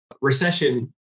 recession